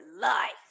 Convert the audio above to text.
life